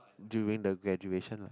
during the graduation lah